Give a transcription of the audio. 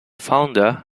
founder